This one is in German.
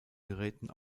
geräten